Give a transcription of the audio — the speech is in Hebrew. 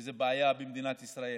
וזו בעיה במדינת ישראל.